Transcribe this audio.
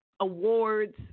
Awards